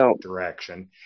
direction